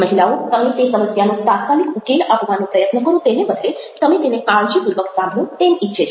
મહિલાઓ તમે તે સમસ્યાનો તાત્કાલિક ઉકેલ આપવાનો પ્રયત્ન કરો તેને બદલે તમે તેને કાળજીપૂર્વક સાંભળો તેમ ઈચ્છે છે